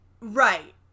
Right